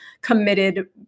committed